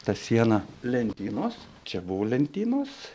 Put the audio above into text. ta siena lentynos čia buvo lentynos